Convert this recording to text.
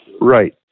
Right